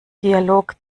dialog